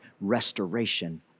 restoration